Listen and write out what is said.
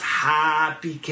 happy